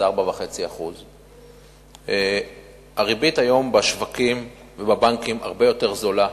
זה 4.5%. הריבית היום בשווקים ובבנקים הרבה יותר זולה,